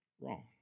wrong